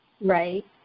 Right